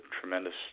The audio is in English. tremendous